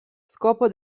scopo